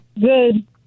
Good